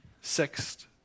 Sixth